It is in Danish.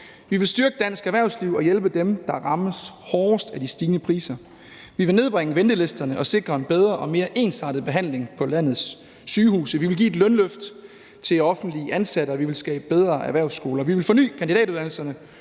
vi vil styrke dansk erhvervsliv og hjælpe dem, der rammes hårdest af de stigende priser, vi vil nedbringe ventelisterne og sikre en bedre og mere ensartet behandling på landets sygehuse, vi vil give et lønløft til offentligt ansatte, og vi vil skabe bedre erhvervsskoler. Vi vil forny kandidatuddannelserne